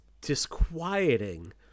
disquieting